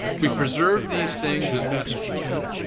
we preserve these things as best we can.